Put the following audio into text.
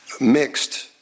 mixed